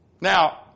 Now